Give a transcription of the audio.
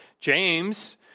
James